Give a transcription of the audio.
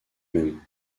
même